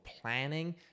planning